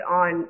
on